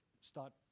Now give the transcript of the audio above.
start